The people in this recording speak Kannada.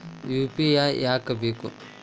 ಯು.ಪಿ.ಐ ಯಾಕ್ ಬೇಕು?